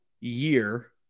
year